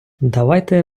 давайте